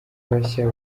bashya